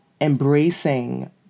embracing